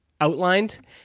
outlined